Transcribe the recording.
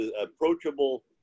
approachable